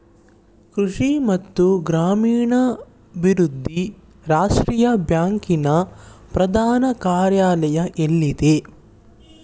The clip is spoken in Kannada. ಕೃಷಿ ಮತ್ತು ಗ್ರಾಮೀಣಾಭಿವೃದ್ಧಿ ರಾಷ್ಟ್ರೀಯ ಬ್ಯಾಂಕ್ ನ ಪ್ರಧಾನ ಕಾರ್ಯಾಲಯ ಎಲ್ಲಿದೆ?